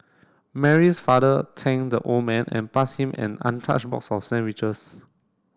Mary's father thank the old man and pass him an untouched box of sandwiches